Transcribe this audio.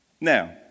Now